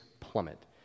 plummet